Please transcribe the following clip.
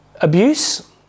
abuse